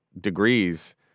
degrees